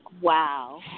wow